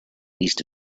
east